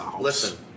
listen